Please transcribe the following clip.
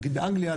נגיד באנגליה,